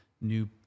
new